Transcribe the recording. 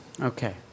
Okay